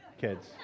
kids